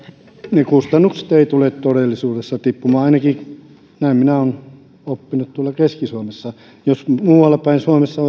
ne kustannukset eivät tule todellisuudessa tippumaan ainakin näin minä olen oppinut tuolla keski suomessa jos muuallapäin suomessa